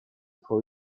for